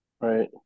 Right